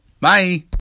Bye